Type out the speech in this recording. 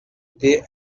they